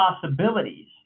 possibilities